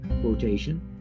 quotation